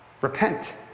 repent